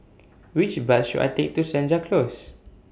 Which Bus should I Take to Senja Close